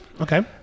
Okay